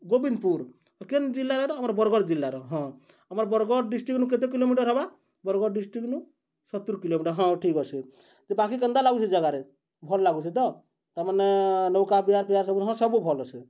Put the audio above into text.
ଗୋବିନ୍ଦ୍ପୁର୍ କେନ୍ ଜିଲ୍ଲାର ଆମର ବର୍ଗଡ଼୍ ଜିଲ୍ଲାର ହଁ ଆମର୍ ବର୍ଗଡ଼୍ ଡିଷ୍ଟ୍ରିକ୍ଟ କେତେ କିଲୋମିଟର୍ ହେବା ବର୍ଗଡ଼୍ ଡିଷ୍ଟ୍ରିକ୍ଟନୁ ସତୁର୍ କିଲୋମିଟର୍ ହଁ ଠିକ୍ ଅଛେ ଯେ ବାକି କେନ୍ତା ଲାଗୁଛେ ଜାଗାରେ ଭଲ୍ ଲାଗୁଚେ ତ ତାମାନେ ନୌକା ବିହାର ପିଆ ସବୁ ହଁ ସବୁ ଭଲ୍ ଅଛେ